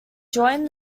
joined